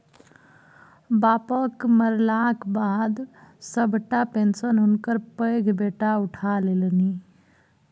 बापक मरलाक बाद सभटा पेशंन हुनकर पैघ बेटा उठा लेलनि